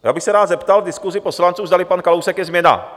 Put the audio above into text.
Já bych se rád zeptal v diskusi poslanců, zdali pan Kalousek je změna.